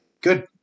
good